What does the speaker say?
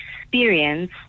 experience